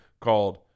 called